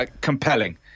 compelling